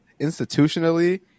institutionally